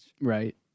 Right